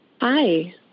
Hi